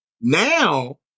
Now